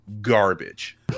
garbage